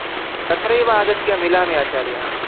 आं तत्रैव आगत्य मिलामि आचार्याः